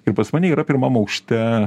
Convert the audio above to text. ir pas mane yra pirmam aukšte